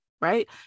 right